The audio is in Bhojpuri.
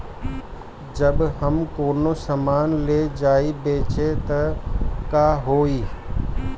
जब हम कौनो सामान ले जाई बेचे त का होही?